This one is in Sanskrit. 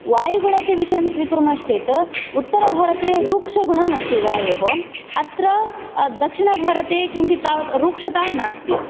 वायुगुणस्य विषयं स्वीकुर्मश्चेत् उत्तरभारते रूक्षगुणमस्ति वायुः अत्र दक्षिणभारते किञ्चित् तावत् रूक्षता नास्ति